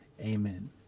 Amen